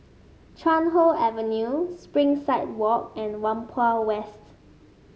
Chuan Hoe Avenue Springside Walk and Whampoa West